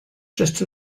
just